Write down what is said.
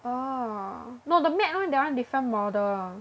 oh no the matte [one] that [one] different model